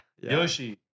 Yoshi